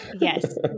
Yes